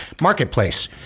marketplace